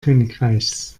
königreichs